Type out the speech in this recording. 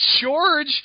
George